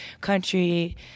country